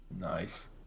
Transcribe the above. Nice